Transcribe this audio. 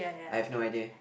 I have no idea